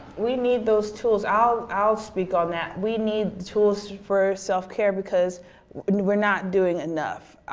we need those tools. i'll i'll speak on that. we need tools for self-care, because we're not doing enough.